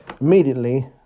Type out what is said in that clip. Immediately